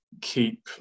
keep